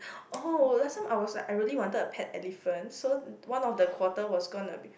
oh last time I was like I really wanted a pet elephant so one of the quarter was gonna be